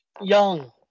young